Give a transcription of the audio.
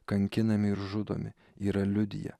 kankinami ir žudomi yra liudija